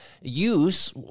use